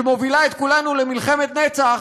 שמובילה את כולנו למלחמת נצח,